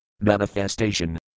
manifestation